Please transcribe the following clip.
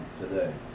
today